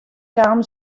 kaam